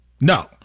No